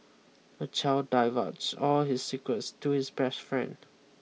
the child divulged all his secrets to his best friend